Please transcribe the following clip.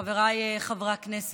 חבריי חברי הכנסת,